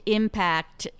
impact